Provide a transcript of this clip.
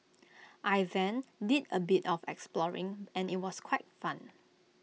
I then did A bit of exploring and IT was quite fun